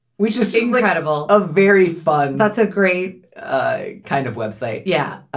we're just singling out of all a very fun. that's a great ah kind of website. yeah